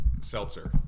Seltzer